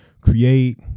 create